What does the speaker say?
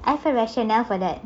I felt rational for that